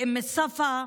באום צפא,